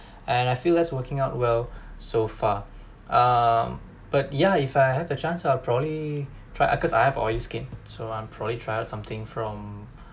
and I feel that's working out well so far um but yeah if I had the chance I'll probably try because I have oily skin so I'm probably try out something from